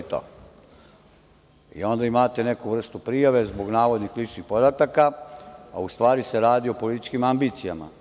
Onda imate neku vrstu prijave zbog navodnih ličnih podataka, a u stvari se radi o političkim ambicijama.